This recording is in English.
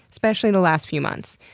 especially in the last few months.